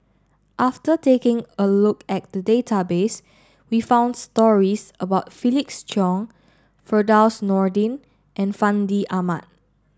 after taking a look at the database we found stories about Felix Cheong Firdaus Nordin and Fandi Ahmad